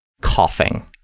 Coughing